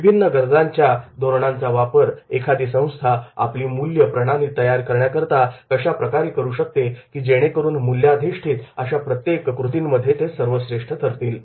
विभिन्न गरजांच्या धोरणांचा वापर एखादी संस्था आपली मूल्य प्रणाली तयार करण्याकरिता कशा प्रकारे करू शकते की जेणेकरून मूल्याधिष्ठित अशा प्रत्येक कृतीमध्ये ते सर्वश्रेष्ठ ठरतील